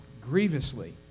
grievously